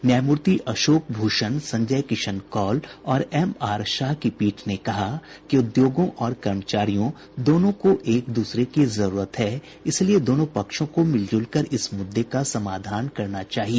न्यायमूर्ति अशोक भूषण संजय किशन कौल और M R Shah की पीठ ने कहा कि उद्योगों और कर्मचारियों दोनों को एक दूसरे की जरूरत है इसलिए दोनों पक्षों को मिलजुल कर इस मुद्दे का समाधान करना चाहिए